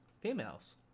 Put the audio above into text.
Females